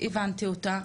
הבנתי אותה,